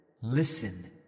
Listen